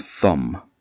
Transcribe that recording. thumb